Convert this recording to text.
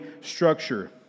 structure